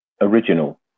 original